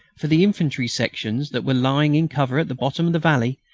for the infantry sections, that were lying in cover at the bottom of the valley,